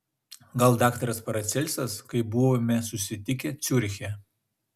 gal daktaras paracelsas kai buvome susitikę ciuriche